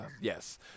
Yes